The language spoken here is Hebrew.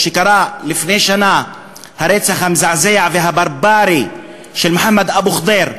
לפני שנה הרצח המזעזע והברברי של מוחמד אבו ח'דיר,